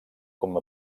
com